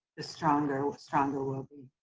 the stronger we'll stronger we'll be.